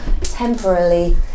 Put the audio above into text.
temporarily